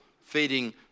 feeding